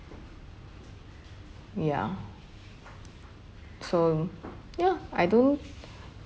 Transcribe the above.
ya so ya I don't